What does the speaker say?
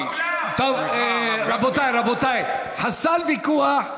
רבותיי, חסל ויכוח.